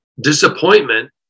disappointment